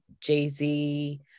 Jay-Z